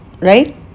right